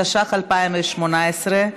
התשע"ח 2018,